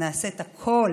שנעשה את הכול